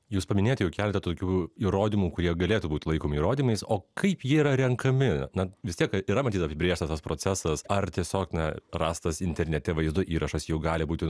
jūs paminėjot jau keleta tokių įrodymų kurie galėtų būt laikomi įrodymais o kaip jie yra renkami na vis tiek yra matyt apibrėžtas tas procesas ar tiesiog na rastas internete vaizdo įrašas jau gali būti